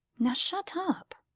now shut up.